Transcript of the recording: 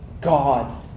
God